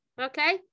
Okay